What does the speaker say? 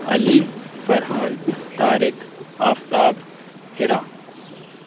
Ali Farhan Tariq Aftab Hira